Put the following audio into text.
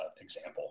example